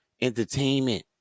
Entertainment